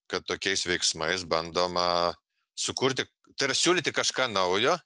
kad tokiais veiksmais bandoma sukurti ir siūlyti kažką naujo